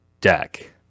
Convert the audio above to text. deck